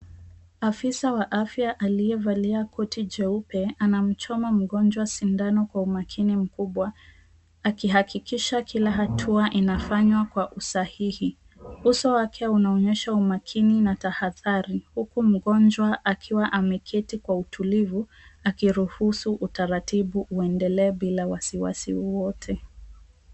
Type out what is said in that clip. Afisa wa afya aliyevalia koti jeupe anamchoma mgonjwa sindano kwa umakini mkubwa akihakikisha kila hatua inafanywa kwa usahihi. Uso wake unaonyesha umakini na tahadhari huku mgonjwa akiwa ameketi kwa utulivu akiruhisu utaratibu uendelee bila wasiwasi wowote.